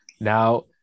Now